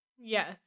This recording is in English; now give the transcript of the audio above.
yes